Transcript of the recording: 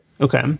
Okay